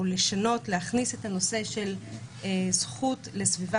או להכניס את הנושא של זכות לסביבה